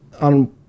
on